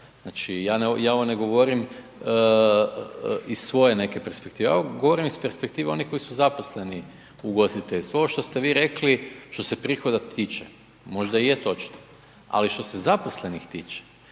Znači, ja ovo ne govorim iz svoje neke perspektive, ja ovo govorim iz perspektive onih koji su zaposleni u ugostiteljstvu. Ovo što ste vi rekli, što se prihoda tiče, možda je točno, ali što se zaposlenih tiče,